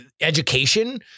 education